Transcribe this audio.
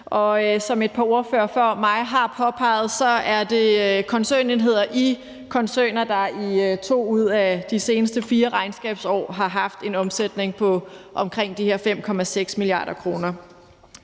Som et par ordførere før mig har påpeget, er det koncernenheder i koncerner, der i 2 ud af de seneste 4 regnskabsår har haft en omsætning på omkring de her 5,6 mia. kr.